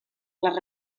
les